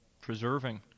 preserving